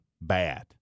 bad